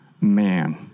man